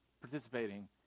participating